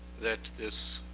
that this